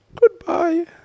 Goodbye